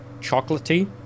chocolatey